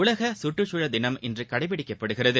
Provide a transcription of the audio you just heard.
உலக சுற்றுச்சூழல் தினம் இன்று கடைபிடிக்கப்படுகிறது